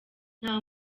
nta